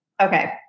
Okay